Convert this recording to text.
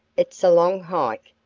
it's a long hike,